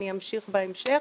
אני אפרט בהמשך,